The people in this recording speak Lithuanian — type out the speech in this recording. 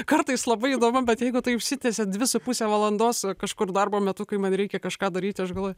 kartais labai įdomu bet jeigu tai užsitęsia dvi su puse valandos kažkur darbo metu kai man reikia kažką daryti aš galvoju